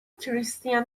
کریستین